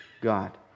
God